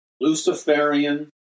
Luciferian